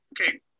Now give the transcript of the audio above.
okay